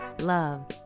love